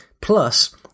plus